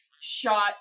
shot